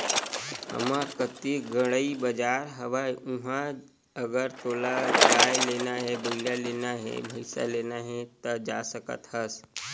हमर कती गंड़ई बजार हवय उहाँ अगर तोला गाय लेना हे, बइला लेना हे, भइसा लेना हे ता जा सकत हस